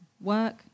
work